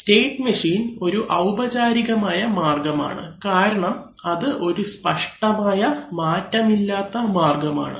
state machine ഒരു ഔപചാരികമായ മാർഗമാണ് കാരണം അത് ഒരു സ്പഷ്ടമായ മാറ്റമില്ലാത്ത മാർഗമാണ്